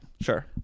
Sure